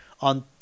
on